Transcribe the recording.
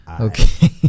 Okay